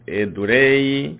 edurei